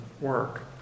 work